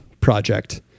project